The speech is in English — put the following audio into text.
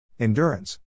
Endurance